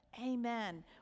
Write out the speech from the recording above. Amen